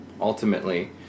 ultimately